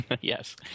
Yes